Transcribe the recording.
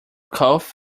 cough